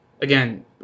again